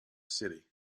city